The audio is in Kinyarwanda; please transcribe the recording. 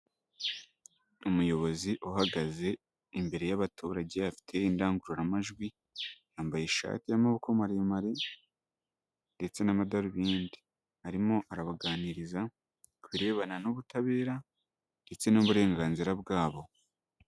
Umuyobozi uhagaze imbere y'abaturage afite indangururamajwi, yambaye ishati y'amaboko maremare ndetse n'amadarubindi, arimo arabaganiriza ku birebana n'ubutabera ndetse n'uburenganzira bwabo.